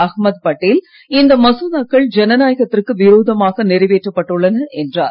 அகமது பட்டேல் இந்த மசோதாக்கள் ஜனநாயகத்திற்கு விரோதமாக நிறைவேற்றப்பட்டுள்ளன என்றார்